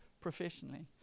professionally